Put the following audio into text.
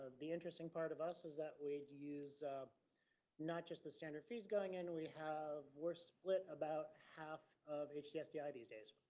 the interesting part of us is that we use not just the standard fees going in. we have we're spit about half of each gfci ah these days.